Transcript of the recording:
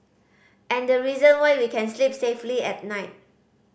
and the reason why we can sleep safely at night